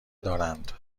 دارند